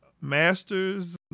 master's